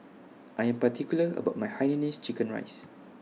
I Am particular about My Hainanese Chicken Rice